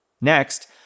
Next